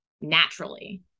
naturally